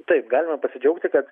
taip galima pasidžiaugti kad